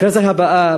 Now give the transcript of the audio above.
בכנסת הבאה,